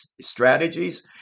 strategies